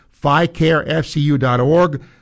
FICAREFCU.org